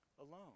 alone